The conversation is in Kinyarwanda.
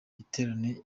giterane